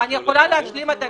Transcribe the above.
אני יכולה להשלים את המשפט?